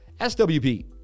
SWP